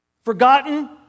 Forgotten